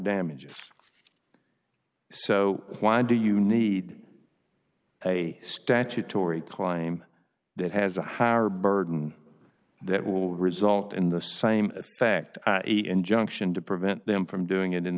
damages so why do you need a statutory climb that has a higher burden that will result in the same effect injunction to prevent them from doing it in